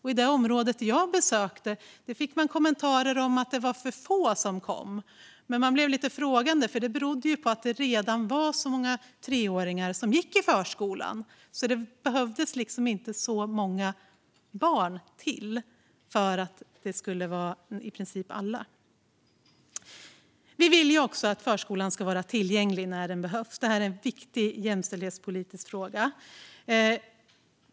I området jag besökte fick jag höra kommentarer om att de var för få, men det ställde jag mig lite frågande till eftersom det berodde på att så många treåringar redan gick i förskolan. Det behövdes inte så många barn till för att man skulle ha nått i princip alla. Miljöpartiet vill också att förskolan ska vara tillgänglig när den behövs. Det är en viktig jämställdhetspolitisk fråga.